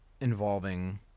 involving